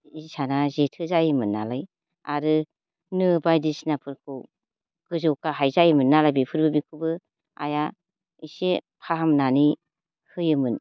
इसाना जेथो जायोमोन नालाय आरो नो बायदिसिनाफोरखौ गोजौ गाहाय जायोमोन नालाय बेफोरबो बेखौबो आइआ इसे फाहामनानै होयोमोन